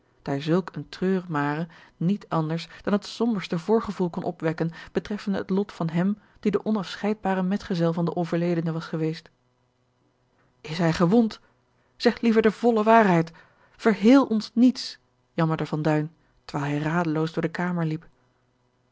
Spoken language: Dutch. daar zulk eene treurmare niet anders dan het somberste voorgevoel kon opwekken betreffende het lot van hem die de onafscheidbare medgezel van den overledene was geweest is hij gewond zeg liever de volle waarheid verheel ons niets jammerde van duin terwijl hij radeloos door de kamer liep